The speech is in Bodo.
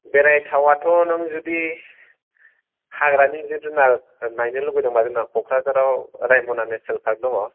बेरायथाव आथ' नों जुदि हाग्रानि जिब जुनार नायनो लुगैदोंबा जोंना क'क्राझाराव रायम'ना नेसनेल फार्क दङ